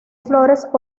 flores